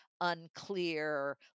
unclear